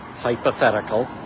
hypothetical